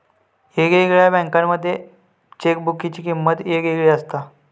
येगयेगळ्या बँकांमध्ये चेकबुकाची किमंत येगयेगळी असता